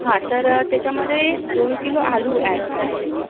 हां तर त्याच्यामध्ये दोन किलो आलू ॲड कराल त्याच्यात